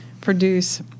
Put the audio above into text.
produce